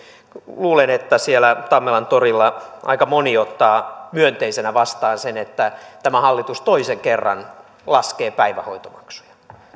luulen että siellä tammelantorilla aika moni ottaa myönteisenä vastaan sen että tämä hallitus toisen kerran laskee päivähoitomaksuja